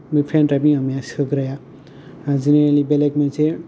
बे फेनद्रायभ निया सोग्राया आरो जेनेरेलि बेलेग मोनसे